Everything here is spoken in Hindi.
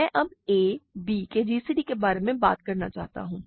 मैं अब a b के gcd के बारे में बात करना चाहता हूँ